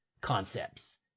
concepts